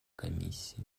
комиссии